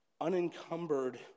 unencumbered